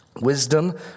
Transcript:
Wisdom